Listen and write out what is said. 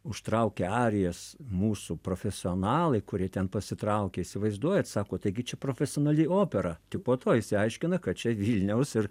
užtraukia arijas mūsų profesionalai kurie ten pasitraukė įsivaizduojat sako taigi čia profesionali opera tik po to išsiaiškina kad čia vilniaus ir